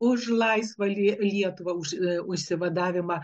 už laisvą lie lietuvą už išsivadavimą